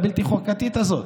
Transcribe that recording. הבלתי-חוקתית הזאת.